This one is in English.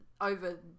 over